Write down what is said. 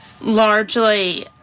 largely